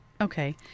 Okay